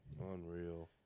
Unreal